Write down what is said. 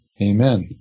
Amen